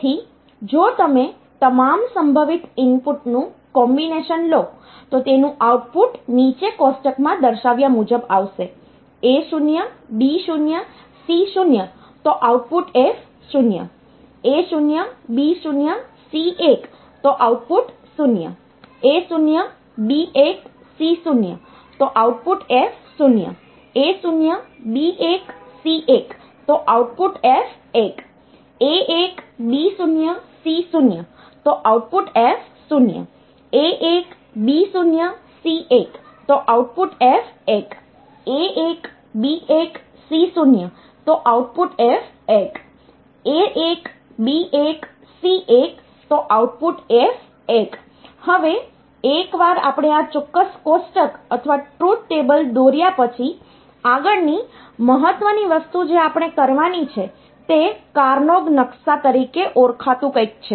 તેથી જો તમે તમામ સંભવિત ઇનપુટનું કોમ્બિનેશન લો તો તેનું આઉટપુટ નીચે કોષ્ટકમાં દર્શાવ્યા મુજબ આવશે હવે એક વાર આપણે આ ચોક્કસ કોષ્ટક અથવા ટ્રુથ ટેબલ દોર્યા પછી આગળની મહત્વની વસ્તુ જે આપણે કરવાની છે તે કાર્નોગ નકશા તરીકે ઓળખાતું કંઈક છે